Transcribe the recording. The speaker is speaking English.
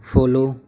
follow